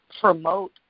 promote